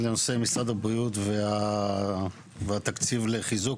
נושא משרד הבריאות והתקציב לחיזוק,